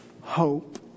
hope